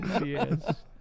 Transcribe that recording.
yes